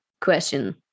question